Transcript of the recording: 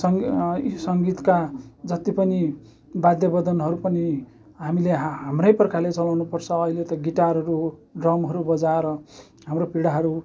संग् सङ्गीतका जति पनि वाद्यबदनहरू पनि हामीले हाम्रै प्रकारले चलाउनु पर्छ अहिले त गिटारहरू ड्रमहरू बजाएर हाम्रो पिँढीहरू